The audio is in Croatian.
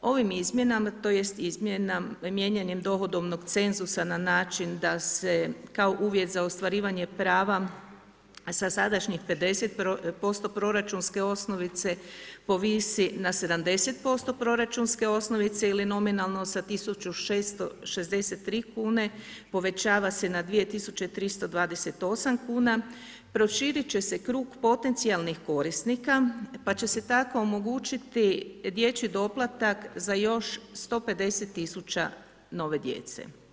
Ovim izmjenama, tj. mijenjanjem dohodovnog cenzusa na način da se kao uvjet za ostvarivanje prava sa sadašnjih 50% proračunske osnovice povisi na 70% proračunske osnovice ili nominalno sa 1663 kune povećava se na 2328 kuna, proširiti će se krug potencijalnih korisnika pa će se tako omogućiti dječji doplatak za još 150 tisuća nove djece.